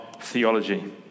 theology